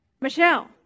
Michelle